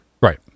right